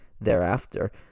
thereafter